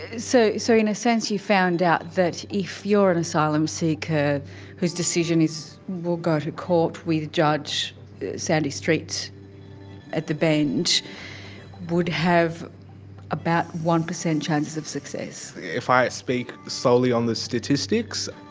ah so so in a sense you found out that if you're an asylum seeker whose decision will go to court with judge sandy street at the bench would have about one percent chance of success? if i speak solely on the statistics,